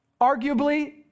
arguably